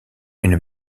une